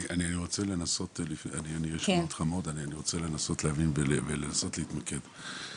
אני רוצה לנסות לשאול אתכם כמה דברים כדי להבין ולהתמקד יותר.